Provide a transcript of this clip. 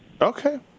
Okay